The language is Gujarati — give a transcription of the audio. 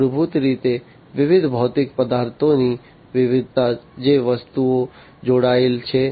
મૂળભૂત રીતે વિવિધ ભૌતિક પદાર્થોની વિવિધતા જે વસ્તુઓ જોડાયેલ છે